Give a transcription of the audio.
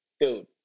Dude